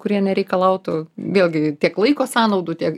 ar netgi kurie nereikalautų vėlgi tiek laiko sąnaudų tiek